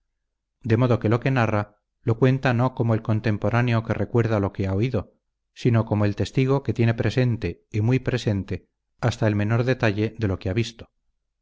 de modo que lo que narra lo cuenta no como el contemporáneo que recuerda lo que ha oído sino como el testigo que tiene presente y muy presente hasta el menor detalle de lo que ha visto